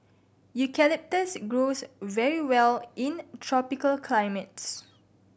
eucalyptus grows very well in tropical climates